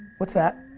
what's that?